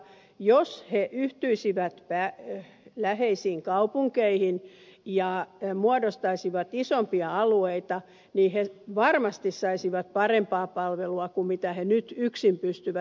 jos ne yhtyisivät läheisiin kaupunkeihin ja muodostaisivat isompia alueita niin siellä varmasti saataisiin parempaa palvelua kuin ne nyt yksin pystyvät järjestämään